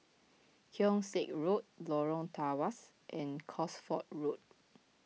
Keong Saik Road Lorong Tawas and Cosford Road